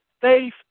Faith